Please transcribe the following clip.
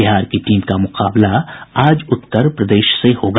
बिहार की टीम का मुकाबला आज उत्तर प्रदेश से होगा